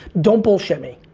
don't bullshit me.